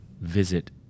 visit